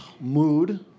Mood